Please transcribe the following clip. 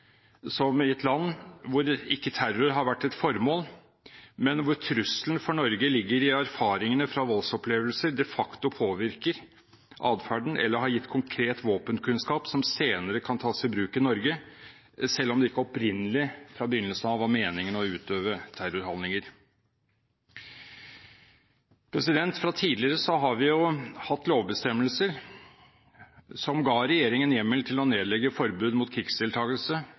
i et land hvor ikke terror har vært et formål, men hvor trusselen for Norge ligger i at erfaringene fra voldsopplevelser de facto påvirker atferden eller har gitt konkret våpenkunnskap som senere kan tas i bruk i Norge, selv om det ikke opprinnelig, fra begynnelsen av, var meningen å utøve terrorhandlinger. Fra tidligere har vi hatt lovbestemmelser som ga regjeringen hjemmel til å nedlegge forbud mot